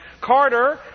Carter